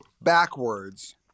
backwards